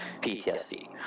ptsd